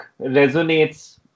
resonates